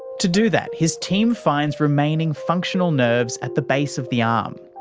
to do that, his team finds remaining functional nerves at the base of the arm,